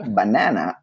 banana